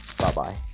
Bye-bye